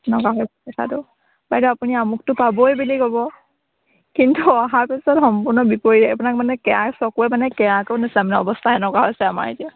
এনেকুৱা হৈছে দেখাটো বাইদেউ আপুনি আমুকটো পাবই বুলি ক'ব কিন্তু অহাৰ পিছত সম্পূৰ্ণ বিপৰীত আপোনাক মানে কেৰা চকুৰে মানে কেৰাকেও নাচাই মানে অৱস্থা এনেকুৱা হৈছে আমাৰ এতিয়া